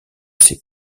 ses